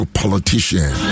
politician